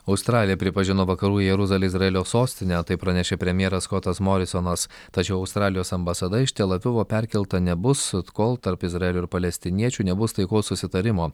australija pripažino vakarų jeruzalę izraelio sostine tai pranešė premjeras skotas morisonas tačiau australijos ambasada iš tel avivo perkelta nebus kol tarp izraelio ir palestiniečių nebus taikos susitarimo